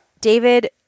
David